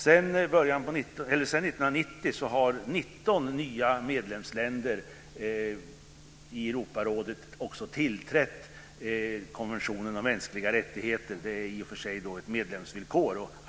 Sedan 1990 har 19 nya medlemsländer i Europarådet också tillträtt konventionen om mänskliga rättigheter. Det är i och för sig ett medlemsvillkor.